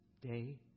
day